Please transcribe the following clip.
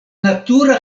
natura